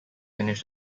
finish